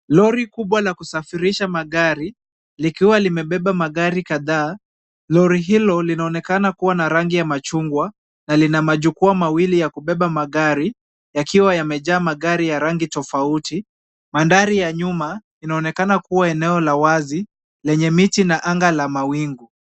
Lori kubwa la kusafirisha magari, likiwa limebeba magari kadhaa. Lori hilo linaonekana kuwa na rangi ya machungwa na lina majukwaa mawili ya kubeba magari, yakiwa yamejaa magari ya rangi tofauti. Mandhari ya nyuma, inaonekana kuwa eneo la wazi, lenye miti na anga la mawingu.